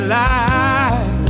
life